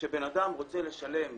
שכשבן אדם רוצה לשלם,